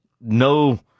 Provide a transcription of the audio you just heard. no